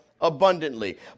abundantly